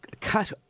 cut